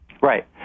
Right